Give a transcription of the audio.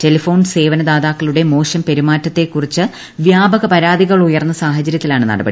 telephone സേവനദാതാക്കളുടെ മോശം പെരുമാറ്റത്തെക്കുറിച്ച് വ്യാപക പരാതികൾ ഉയർന്ന സാഹചര്യത്തിലാണ് നടപടി